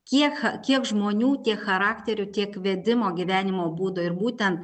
kiek kiek žmonių tiek charakterių tiek vedimo gyvenimo būdo ir būtent